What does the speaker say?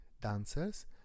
dancers